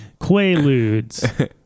Quaaludes